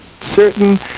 certain